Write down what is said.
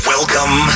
Welcome